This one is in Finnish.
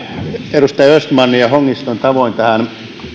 edustaja östmanin ja hongiston tavoin tähän